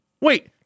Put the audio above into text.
Wait